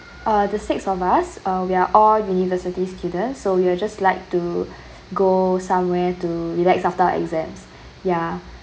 uh there's six of us uh we are all university students so we will just like to go somewhere to relax after exams ya